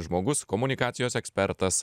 žmogus komunikacijos ekspertas